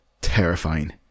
terrifying